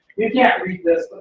you can't read this,